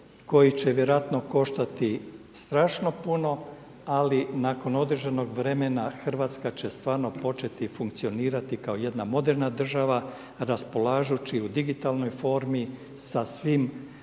koji će vjerojatno koštati strašno puno, ali nakon određenog vremena Hrvatska će stvarno početi funkcionirati kao jedna moderna država raspolažući u digitalnoj formi sa svim